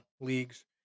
leagues